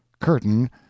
Curtain